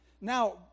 Now